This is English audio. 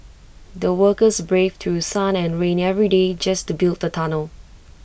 the workers braved through sun and rain every day just to build the tunnel